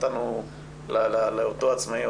נתנו לאותו עצמאי,